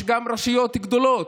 יש גם רשויות גדולות,